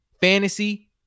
fantasy